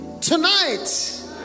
tonight